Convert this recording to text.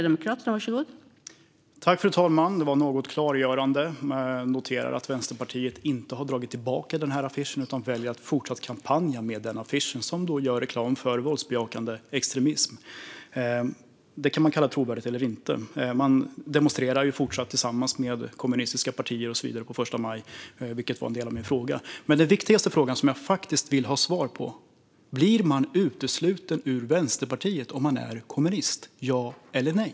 Fru talman! Det var något klargörande. Men jag noterar att Vänsterpartiet inte har dragit tillbaka utan väljer att fortsätta kampanja med affischen som gör reklam för våldsbejakande extremism. Det kan man kalla trovärdigt eller inte. Man fortsätter att demonstrera tillsammans med kommunistiska partier på första maj, vilket var en del av min fråga. Men den viktigaste frågan som jag vill ha svar på är: Blir man utesluten ur Vänsterpartiet om man är kommunist - ja eller nej?